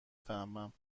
فهمم